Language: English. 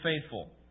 faithful